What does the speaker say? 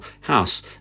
house